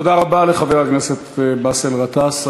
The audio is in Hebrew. תודה רבה לחבר הכנסת באסל גטאס.